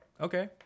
Okay